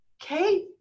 Kate